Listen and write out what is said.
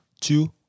two